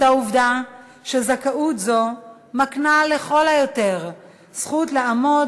את העובדה שזכאות זו מקנה לכל היותר זכות לעמוד